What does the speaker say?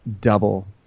double